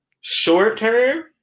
Short-term